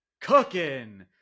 cooking